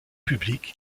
public